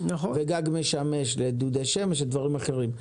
גג משמש לדודי שמש ודברים אחרים.